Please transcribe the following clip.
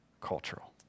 cultural